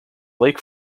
lake